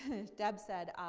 deb said,